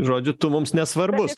žodžiu tu mums nesvarbus